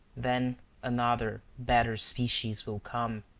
then another better species will come,